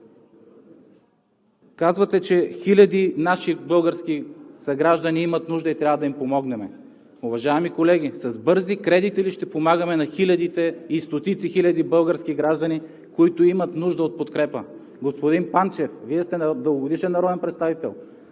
Казвате, че хиляди наши български съграждани имат нужда и трябва да им помогнем. Уважаеми колеги, с бързи кредити ли ще помагаме на хилядите и стотици хиляди български граждани, които имат нужда от подкрепа? Господин Панчев, Вие сте дългогодишен народен представител